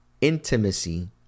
intimacy